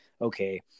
okay